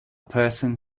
person